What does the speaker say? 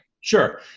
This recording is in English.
Sure